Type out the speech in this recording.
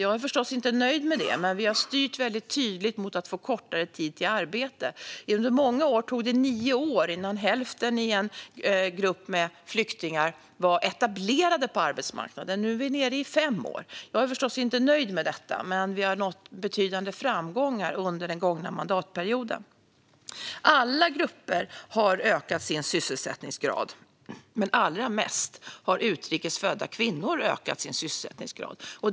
Jag är förstås inte nöjd med det, men vi har styrt väldigt tydligt mot att få kortare tid till arbete. Under många år tog det nio år innan hälften i en grupp av flyktingar var etablerade på arbetsmarknaden. Nu är vi nere i fem år. Jag är förstås inte nöjd med detta, men vi har nått betydande framgångar under den gångna mandatperioden. Alla grupper har ökat sin sysselsättningsgrad, men allra mest har den ökat för utrikesfödda kvinnor.